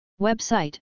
Website